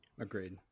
Agreed